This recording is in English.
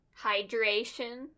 hydration